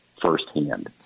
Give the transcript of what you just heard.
firsthand